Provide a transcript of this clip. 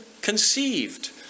conceived